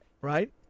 right